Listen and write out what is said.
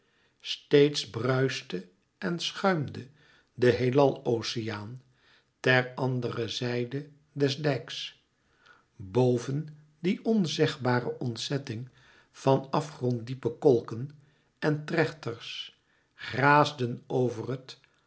steeds bruischte en schuimde de heelal oceaan ter andere zijde des dijks boven die onzegbare ontzetting van afgronddiepe kolken en trechters graasden over het